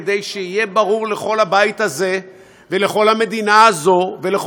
כדי שיהיה ברור לכל הבית הזה ולכל המדינה הזו ולכל